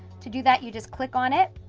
to do that you just click on it,